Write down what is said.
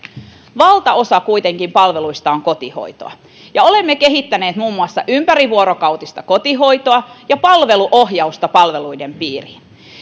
valtaosa palveluista on kuitenkin kotihoitoa olemme kehittäneet muun muassa ympärivuorokautista kotihoitoa ja palveluohjausta palveluiden piiriin